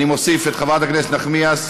אני מוסיף את חברי הכנסת נחמיאס,